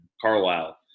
Carlisle